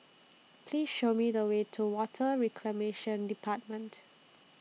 Please Show Me The Way to Water Reclamation department